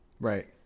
Right